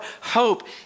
hope